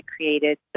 created